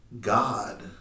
God